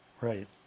Right